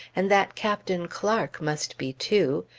and that captain clark must be two,